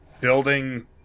building